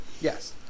Yes